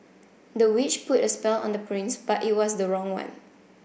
the witch put a spell on the prince but it was the wrong one